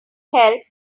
help